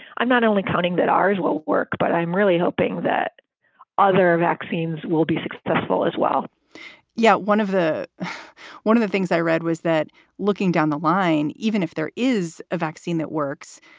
i'm not only counting that ours will work, but i'm really hoping that other vaccines will be successful as well yeah. one of the one of the things i read was that looking down the line, even if there is a vaccine that works.